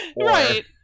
Right